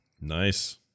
Nice